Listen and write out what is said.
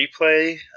replay